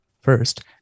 First